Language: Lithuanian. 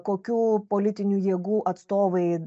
kokių politinių jėgų atstovai